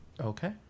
okay